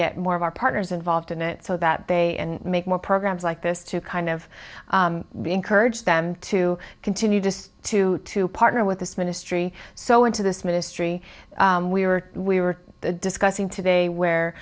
get more of our partners involved in it so that they and make more programs like this to kind of be encourage them to continue just to to partner with this ministry so into this ministry we were we were discussing today where